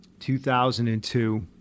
2002